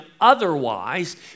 otherwise